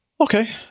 Okay